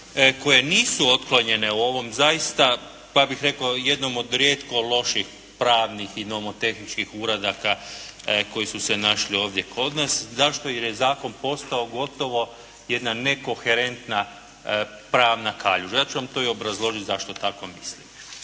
koje nisu otklonjene u ovom zaista, pa ja bih rekao jednom od rijetko loših pravnih i nomotehničkih uradaka koji su se našli ovdje kod nas. Zašto? Jer je zakon postao gotovo jedna nekoherentna pravna kaljuža. Ja ću vam to i obrazložit zašto tako mislim.